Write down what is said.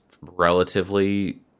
relatively